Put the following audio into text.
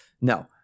No